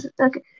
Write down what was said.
Okay